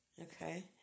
okay